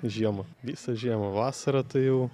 žiemą visą žiemą vasarą tai jau